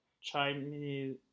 Chinese